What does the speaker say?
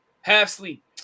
half-sleep